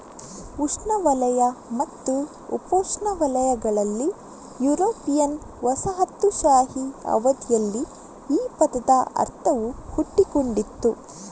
ಉಷ್ಣವಲಯ ಮತ್ತು ಉಪೋಷ್ಣವಲಯಗಳಲ್ಲಿ ಯುರೋಪಿಯನ್ ವಸಾಹತುಶಾಹಿ ಅವಧಿಯಲ್ಲಿ ಈ ಪದದ ಅರ್ಥವು ಹುಟ್ಟಿಕೊಂಡಿತು